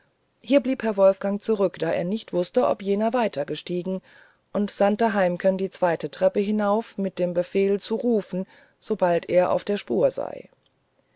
hier blieb herr wolfgang zurück da er nicht wußte ob jener weitergestiegen und sandte heimken die zweite treppe hinauf mit dem befehl zu rufen sobald er auf der spur sei